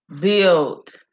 build